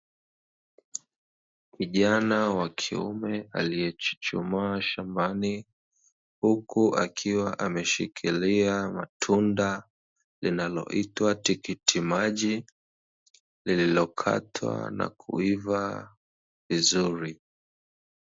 Kijana wakiume aliyechuchumaa shambani huku akiwa ameshikilia tunda linaloitwa tikiti maji lililokatwa nakuiva vizuri.